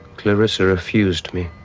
clarissa refused me.